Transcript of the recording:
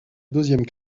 deuxième